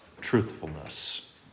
truthfulness